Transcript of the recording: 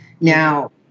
now